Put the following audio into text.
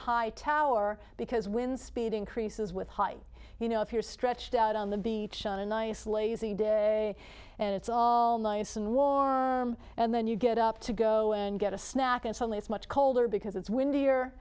high tower because wind speed increases with height you know if you're stretched out on the beach on a nice lazy day and it's all nice and warm and then you get up to go and get a snack and suddenly it's much colder because it's windy